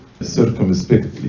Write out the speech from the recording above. circumspectly